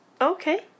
Okay